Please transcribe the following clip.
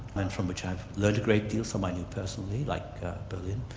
and from which i've learnt a great deal, some i knew personally, like berlin,